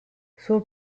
suo